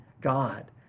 God